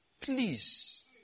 please